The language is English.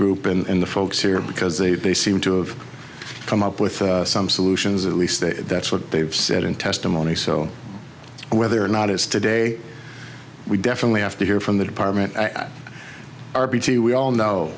group and the folks here because they they seem to have come up with some solutions at least that's what they've said in testimony so whether or not it's today we definitely have to hear from the department r b t we all know